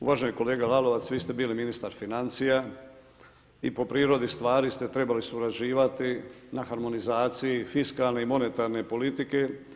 Uvaženi kolega Lalovac, vi ste bili ministar financija i po prirodi stvari ste trebali surađivati na harmonizaciji fiskalne i monetarne politike.